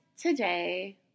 today